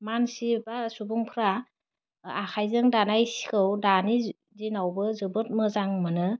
मानसि बा सुबुंफ्रा आखाइजों दानाय सिखौ दानि दिनावबो जोबोद मोजां मोनो